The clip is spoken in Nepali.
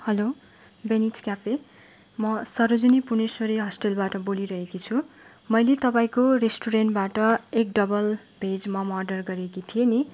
हेलो बेनिज क्याफे म सरोजिनी पुण्यश्री हस्टेलबाट बोलिरहेकी छु मैले तपाईँको रेस्टुरेन्टबाट एक डबल भेज मम अडर गरेकी थिएँ नि